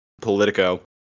Politico